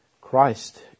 christ